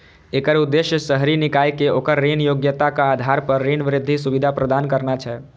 एकर उद्देश्य शहरी निकाय कें ओकर ऋण योग्यताक आधार पर ऋण वृद्धि सुविधा प्रदान करना छै